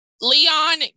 leon